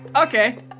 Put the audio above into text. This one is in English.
Okay